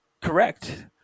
correct